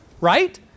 right